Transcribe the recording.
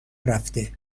رفته